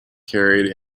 carried